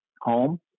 home